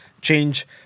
change